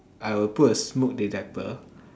I will put a smoke detector